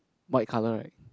white colour right